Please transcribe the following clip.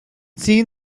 seen